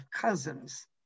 cousins